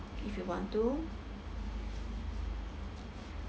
if you want to